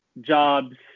Jobs